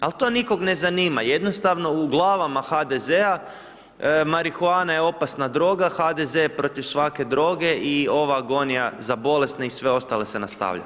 Al to nikog ne zanima, jednostavno u glavama HDZ-a marihuana je opasna droga, HDZ je protiv svake droge i ova agonija za bolesne i sve ostale se nastavlja.